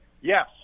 Yes